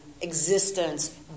existence